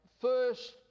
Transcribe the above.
first